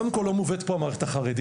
קודם כל, לא מובאת פה המערכת החרדית.